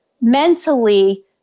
mentally